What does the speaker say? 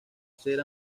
ser